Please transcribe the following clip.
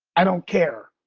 i don't care.